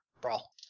brawl